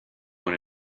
want